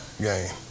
game